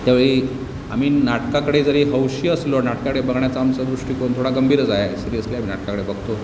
त्यावेळी आम्ही नाटकाकडे जरी हौशी असलो नाटकाकडे बघण्याचा आमचा दृष्टीकोन थोडा गंभीरच आहे सिरीयसली आम्ही नाटकाकडे बघतो